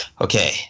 Okay